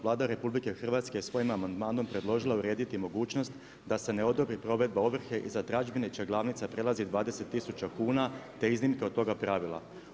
Vlada RH je svojim amandmanom predložila urediti mogućnost da se ne odobri provedba ovrhe i za tražbine će glavnica prelaziti 20000 kuna, te iznimke od toga pravila.